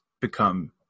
become